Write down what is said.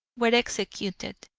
were executed,